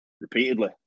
repeatedly